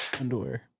underwear